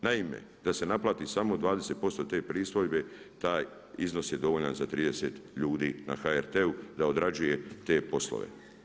Naime, da se naplati samo 20% te pristojbe taj iznos je dovoljan za 30 ljudi na HRT-u da odrađuje te poslove.